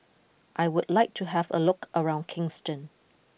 I would like to have a look around Kingston